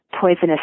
poisonous